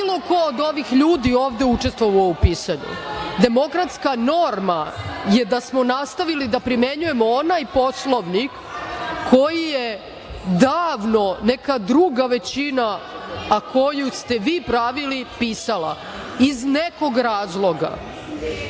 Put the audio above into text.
bilo ko od ovih ljudi ovde učestvovao u pisanju. Demokratska norma je da smo nastavili da primenjujemo onaj Poslovnik koji je davno neka druga većina, a koju ste vi pravili, pisala, iz nekog razloga.